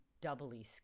doubly